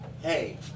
hey